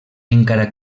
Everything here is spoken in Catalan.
encara